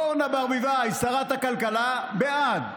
אורנה ברביבאי, שרת הכלכלה, בעד,